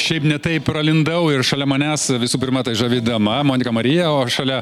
šiaip ne taip pralindau ir šalia manęs visų pirma tai žavi dama monika marija o šalia